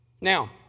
Now